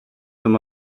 som